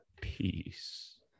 peace